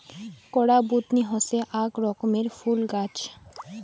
কুরা বুদনি হসে আক রকমের ফুল গাছ